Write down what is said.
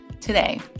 Today